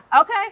Okay